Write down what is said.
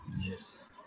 Yes